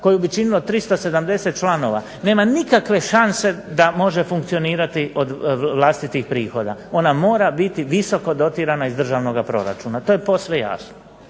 koju bi činilo 370 članova nema nikakve šanse da može funkcionirati od vlastitih prihoda, ona mora biti visoko dotirana iz državnoga proračuna, to je posve jasno.